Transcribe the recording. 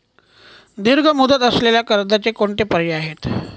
दीर्घ मुदत असलेल्या कर्जाचे कोणते पर्याय आहे?